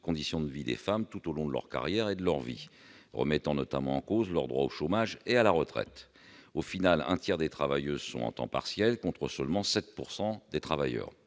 conditions de vie des femmes, tout au long de leur carrière et de leur vie, remettant notamment en cause leur droit au chômage et à la retraite. En définitive, un tiers des travailleuses sont à temps partiel, contre seulement 7 % des travailleurs.